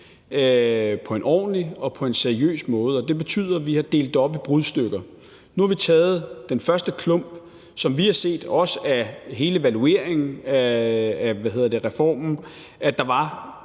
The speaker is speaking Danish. på en ordentlig og på en seriøs måde. Det betyder, at vi har delt det op i brudstykker. Nu har vi taget den første klump, som vi har set, også af hele evalueringen af reformen, at der var